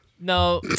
No